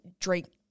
drink